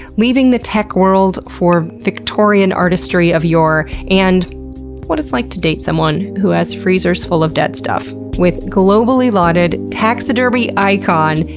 leaving the tech world for victorian artistry of and what it's like to date someone who has freezers full of dead stuff with globally-lauded, taxidermy icon,